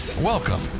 Welcome